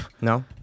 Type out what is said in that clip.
no